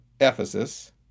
Ephesus